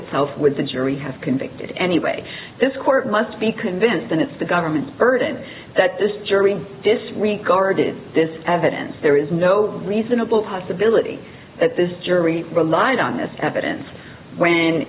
itself with a jury has convicted anyway this court must be convinced that it's the government's burden that this jury this regarded this evidence there is no reasonable possibility that this jury relied on this evidence when